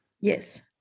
Yes